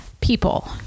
people